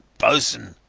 bossn.